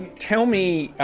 tell me